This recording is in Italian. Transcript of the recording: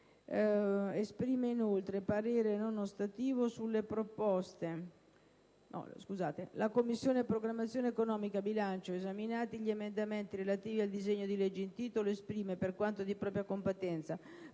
Esprime inoltre parere non ostativo sulle proposte